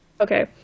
Okay